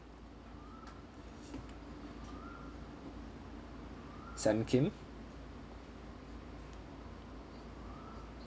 sam kim